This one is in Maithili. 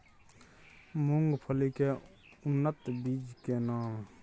मूंगफली के उन्नत बीज के नाम?